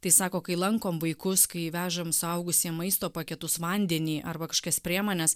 tai sako kai lankom vaikus kai vežam suaugusiem maisto paketus vandenį arba kažkas priemonės